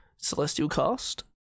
CelestialCast